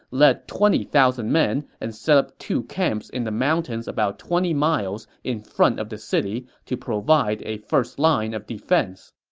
led twenty thousand men and set up two camps in the mountains about twenty miles in front of the city to provide a first line of defense